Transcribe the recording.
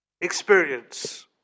experience